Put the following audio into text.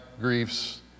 griefs